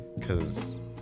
Cause